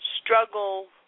struggle